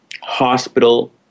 hospital